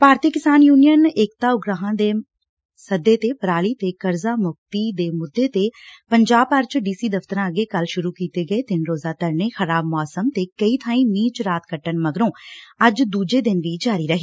ਭਾਰਤੀ Kisan Union Ekta Ugrahan ਦੇ ਸੱਦੇ ਤੇ ਪਰਾਲੀ ਤੇ ਕਰਜ਼ਾ ਮੁਕਤੀ ਦੇ ਮੁੱਦੇ ਤੇ ਪੰਜਾਬ ਭਰ ਚ ਡੀਸੀ ਦਫ਼ਤਰਾਂ ਅੱਗੇ ਕੱਲ ਸ਼ੁਰੁ ਕੀਤੇ ਗਏ ਤਿੰਨ ਰੋਜ਼ਾ ਧਰਨੇ ਖਰਾਬ ਮੌਸਮ ਤੇ ਕਈ ਬਾਂਈ ਮੀਹ ਚ ਰਾਤ ਕੱਟਣ ਮਗਰੋਂ ਅੱਜ ਦੁਜੇ ਦਿਨ ਵੀ ਜਾਰੀ ਰਹੇ